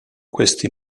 questi